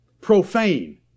profane